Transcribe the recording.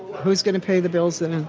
who's going to pay the bills then? and